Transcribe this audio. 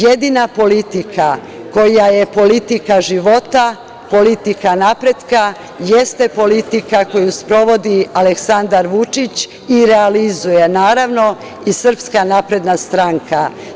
Jedina politika koja je politika života, politika napretka, jeste politika koju sprovodi Aleksandar Vučić i realizuje i naravno i SNS.